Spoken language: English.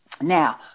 Now